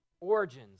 Origins